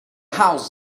house